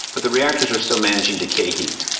but the reactors are still managing decay heat.